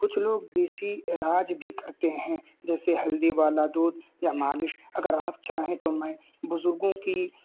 کچھ لوگ دیسی علاج بھی کرتے ہیں جیسے ہلدی والا دودھ یا مالش اگر آپ چاہیں تو میں بزرگوں کی